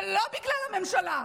זה לא בגלל הממשלה,